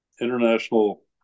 international